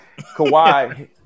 Kawhi